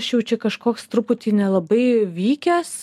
aš jau čia kažkoks truputį nelabai vykęs